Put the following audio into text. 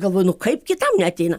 galvoju nu kaip kitam neateina